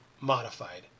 modified